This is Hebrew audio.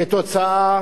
כתוצאה